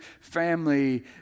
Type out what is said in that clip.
family